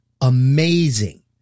amazing